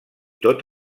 tot